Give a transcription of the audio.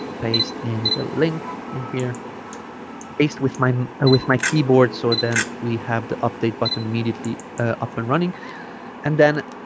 paste in the link in here paste with my with my keyboard so then we have the update button immediately up and running and then